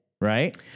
right